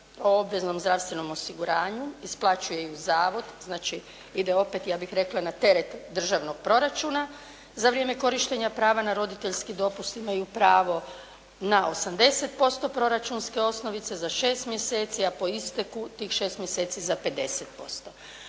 o obveznom zdravstvenom osiguranju isplaćuje im zavod. Znači ide opet ja bih rekla na teret državnog proračuna za vrijeme korištenja prava na roditeljski dopust imaju pravo na 80% proračunske osnovice za 6 mjeseci a po isteku tih 6 mjeseci za 50%.